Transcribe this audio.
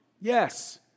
Yes